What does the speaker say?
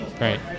Right